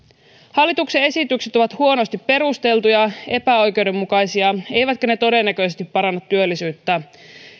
hallituksen esitykset ovat huonosti perusteltuja epäoikeudenmukaisia eivätkä todennäköisesti paranna työllisyyttä